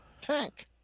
tank